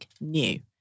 new